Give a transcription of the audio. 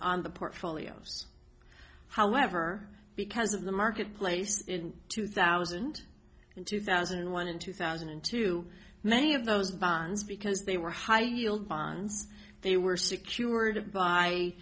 on the portfolios however because of the marketplace two thousand and two thousand and one in two thousand and two many of those bonds because they were high yield bonds they were secured